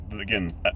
again